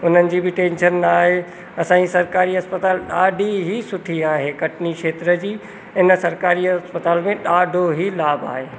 उन्हनि जी बि टैंशन न आहे असांजी सरकारी अस्पताल ॾाढी ई सुठी आहे कटनी क्षेत्र जी इन सरकारीअ अस्पताल में ॾाढो ई लाभ आहे